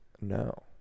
No